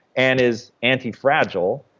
and is anti-fragile,